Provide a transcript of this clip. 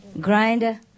grinder